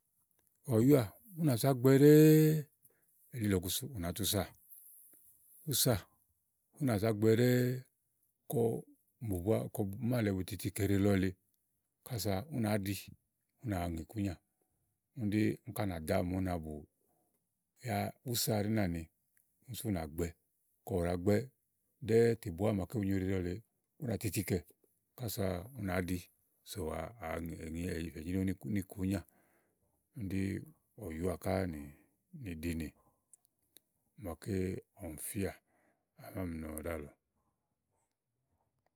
Ɔ̀́yùà ù nà za gbɛ ɖɛ́ɛ̀ ùsà ù nà za gbɛ ɖɛ̀ɛ̀ kɔ máàlɛ butiti kɛ eɖeɖe lɔ lée kàsa ù nàá ɖi ù wa ŋè ikùnya ùni ɖí ùni kànàɖà màa u na bù. Yà ùsa ɖi nàáni sù ù na gbɛ. Kɔ ùɖà gbɛ ɖɛ̀ɛ tè bùwà màa bu nyo eɖeɖe lɔ le bù nà titike kàsa ù nàá ɖi sò wa ènyrewu ní ikùnya ùni ɖi ɔ̀yùà kà nì ɖinè màaké ɔmi fíà ɔmi bà mì nɔ ɖàlɔ.